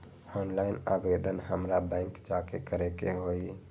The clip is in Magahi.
ऑनलाइन आवेदन हमरा बैंक जाके करे के होई?